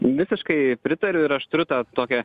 visiškai pritariu ir aš turiu tą tokią